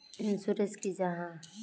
Insurance की जाहा?